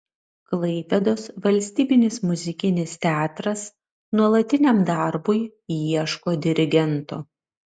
klaipėdos valstybinis muzikinis teatras nuolatiniam darbui ieško dirigento